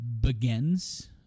begins